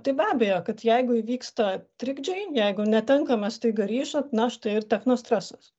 tai be abejo kad jeigu įvyksta trikdžiai jeigu netenkama staiga ryšio na štai ir techno stresas